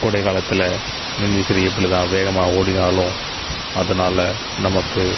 கோடைக்காலத்துல மின்விசிறி எவ்வளோ தான் வேகமாக ஓடினாலும் அதனால் நமக்கு